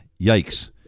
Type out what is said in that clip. Yikes